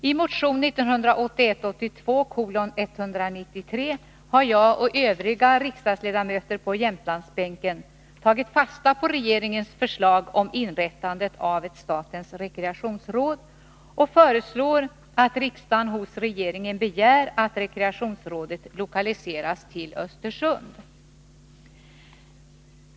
I motion 1981/82:193 har jag och övriga riksdagsledamöter på Jämtlandsbänken tagit fasta på regeringens förslag om inrättande av ett statens rekreationsråd, och vi föreslår att riksdagen hos regeringen begär att rekreationsrådet lokaliseras till Östersund.